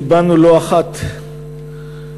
הבענו לא אחת תחינה,